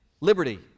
Liberty